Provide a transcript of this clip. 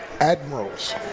Admirals